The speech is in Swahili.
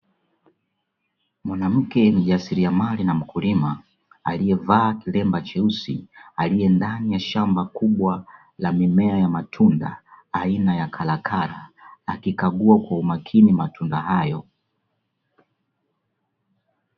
Mwanamke mjasiliamali na mkulima, aliyevaa kilemba cheusi, aliye ndani ya shamba kubwa la mimea ya matunda aina ya karakara, akikagua kwa umakini matunda hayo.